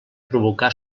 provocar